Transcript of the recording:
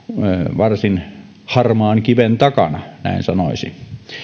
varsin harmaan kiven takana näin sanoisin